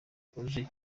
imbabazi